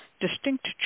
distinct